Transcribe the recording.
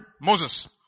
Moses